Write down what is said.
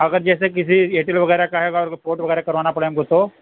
اگر جیسے کسی ائیرٹیل وغیرہ کا ہے گا اس کو پورٹ وغیرہ کروانا پڑے ہم کو تو